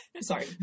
Sorry